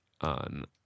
on